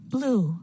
Blue